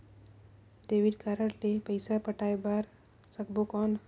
Debit card ले पइसा पटाय बार सकबो कौन?